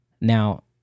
Now